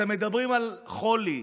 אתם מדברים על חולי,